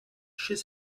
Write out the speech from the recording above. chez